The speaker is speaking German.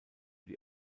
die